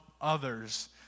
others